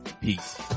Peace